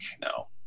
No